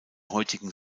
heutigen